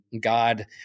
god